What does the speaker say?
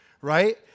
right